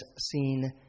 seen